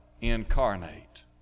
incarnate